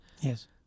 Yes